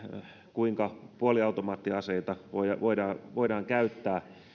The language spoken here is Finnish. kuinka puoliautomaattiaseita voidaan voidaan käyttää